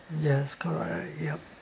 yes correct yup